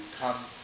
come